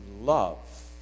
love